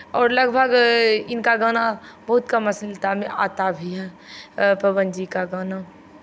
और लगभग इनका गाना बहुत कम अश्लीलता में आता भी है पवन जी का गाना